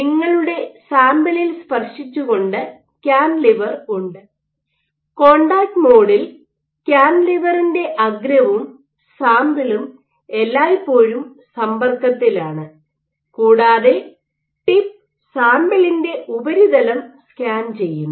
നിങ്ങളുടെ സാമ്പിളിൽ സ്പർശിച്ചുകൊണ്ട് കാന്റിലിവർ ഉണ്ട് കോൺടാക്റ്റ് മോഡിൽ കാന്റ ലിവറിൻറെ അഗ്രവും സാമ്പിളും എല്ലായ്പ്പോഴും സമ്പർക്കത്തിലാണ് കൂടാതെ ടിപ്പ് സാമ്പിളിൻറെ ഉപരിതലം സ്കാൻ ചെയ്യുന്നു